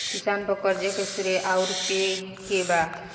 किसान पर क़र्ज़े के श्रेइ आउर पेई के बा?